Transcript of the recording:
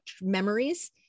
memories